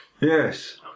Yes